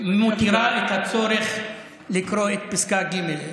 מייתרת את הצורך לקרוא את פסקה ג'.